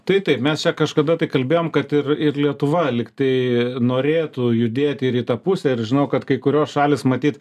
tai taip mes čia kažkada tai kalbėjom kad ir ir lietuva lyg tai norėtų judėti ir į tą pusę ir žinau kad kai kurios šalys matyt